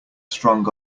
strong